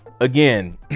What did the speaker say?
again